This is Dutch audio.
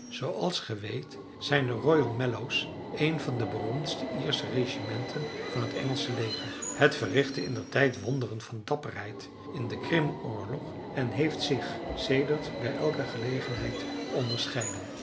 zooals gij weet zijn de royal mallows een van de beroemdste iersche regimenten van het engelsche leger het verrichtte indertijd wonderen van dapperheid in den krimoorlog en heeft zich sedert bij elke gelegenheid onderscheiden